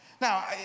Now